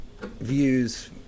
views